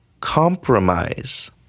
compromise